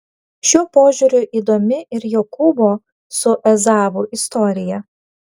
šiuo požiūriu įdomi ir jokūbo su ezavu istorija